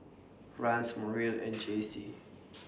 Rance Muriel and Jacey